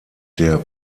der